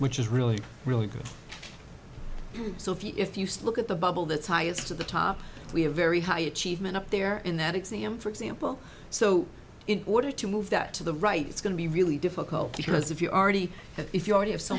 which is really really good so if you say look at the bubble the tie is to the top we have very high achievement up there in that exam for example so in order to move that to the right it's going to be really difficult because if you already have if you already have so